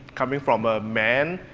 coming from a man,